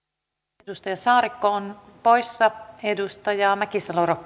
kyseessä on paise edustaja mäkisalor a